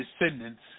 descendants